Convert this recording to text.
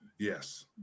Yes